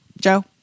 Joe